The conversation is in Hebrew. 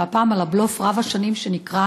והפעם על הבלוף רב-השנים שנקרא